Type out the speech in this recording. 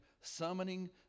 summoning